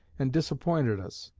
and disappointed us.